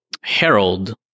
Harold